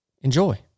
Enjoy